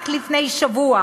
רק לפני שבוע